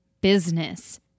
business